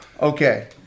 Okay